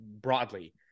broadly